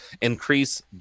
increase